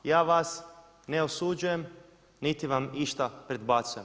Ja vas ne osuđujem niti vam išta predbacujem.